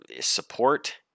support